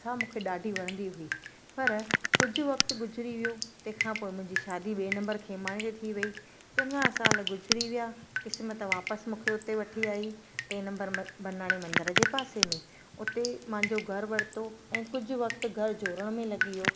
सा मूंखे ॾाढी वणंदी हुई पर कुझु वक़्तु गुज़री वियो तंहिंखां पोइ मुंहिंजी शादी ॿिए नंबर खेमाणे ते थी वई चङा साल गुज़री विया क़िस्मत वापसि मूंखे उते वठी आई टे नंबर बनाणी मंदर जे पासे में उते मुंहिंजो घरु वरितो ऐं कुझु वक़्तु घर जोड़नि में लॻी वियो